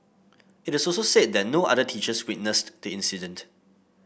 it also said that no other teachers witnessed the incident